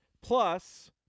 plus